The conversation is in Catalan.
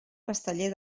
casteller